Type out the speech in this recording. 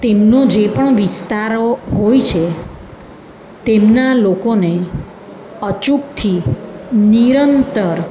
તેમનો જે પણ વિસ્તારો હોય છે તેમના લોકોને અચૂકથી નિરંતર